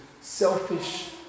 selfish